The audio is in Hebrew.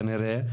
כנראה.